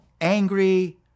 angry